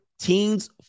teens